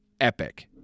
epic